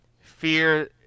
fear